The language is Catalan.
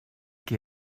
qui